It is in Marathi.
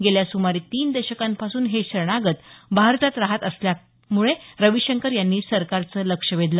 गेल्या सुमारे तीन दशकांपासून हे शरणागत भारतात राहत असल्याकडे रविशंकर यांनी सरकारचं लक्ष वेधलं